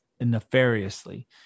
nefariously